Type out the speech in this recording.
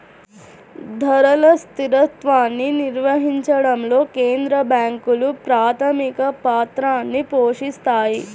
ధరల స్థిరత్వాన్ని నిర్వహించడంలో కేంద్ర బ్యాంకులు ప్రాథమిక పాత్రని పోషిత్తాయి